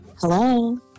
Hello